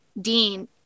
dean